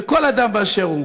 וכל אדם באשר הוא,